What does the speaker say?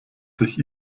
sich